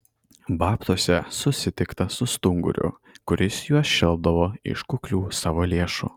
babtuose susitikta su stunguriu kuris juos šelpdavo iš kuklių savo lėšų